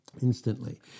Instantly